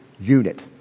unit